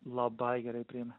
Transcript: labai gerai priėmė